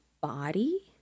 body